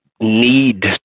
need